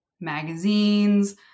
magazines